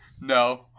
No